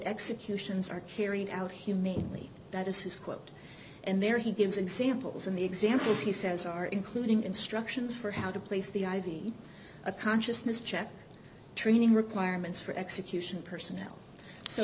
executions are carried out humanely that is his quote and there he gives examples in the examples he says are including instructions for how to place the i v a consciousness check training requirements for execution personnel so